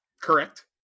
Correct